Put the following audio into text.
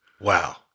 Wow